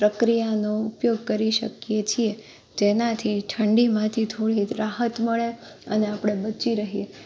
પ્રક્રિયાનો ઉપયોગ કરી શકીએ છીએ જેનાથી ઠંડીમાંથી થોડીક રાહત મળે અને આપણે બચી રહીએ